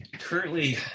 currently